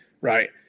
Right